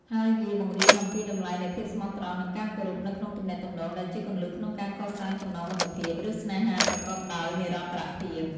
ហើយវាបង្រៀនអំពីតម្លៃនៃភាពស្មោះត្រង់និងការគោរពនៅក្នុងទំនាក់ទំនង ដែលជាគន្លឹះក្នុងការកសាងចំណងមិត្តភាព ឬស្នេហាប្រកបដោយនិរន្តរភាព។